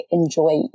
enjoy